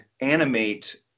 animate